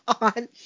on